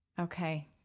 Okay